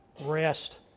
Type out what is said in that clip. Rest